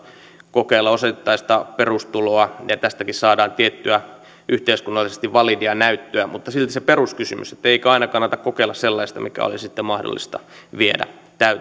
kokeilla osittaista perustuloa ja tästäkin saadaan tiettyä yhteiskunnallisesti validia näyttöä mutta silti on se peruskysymys eikö aina kannata kokeilla sellaista mikä olisi sitten mahdollista viedä